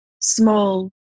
small